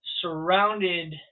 surrounded